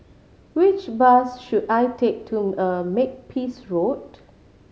which bus should I take to Makepeace Road